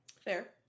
fair